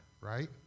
right